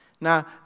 Now